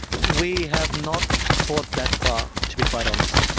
we have not thought that far, to be quite honest.